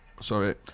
sorry